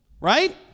Right